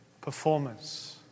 performance